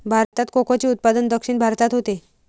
भारतात कोकोचे उत्पादन दक्षिण भारतात होते